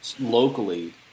locally